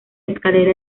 escalera